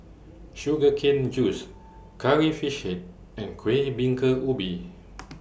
Sugar Cane Juice Curry Fish Head and Kueh Bingka Ubi